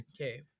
Okay